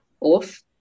off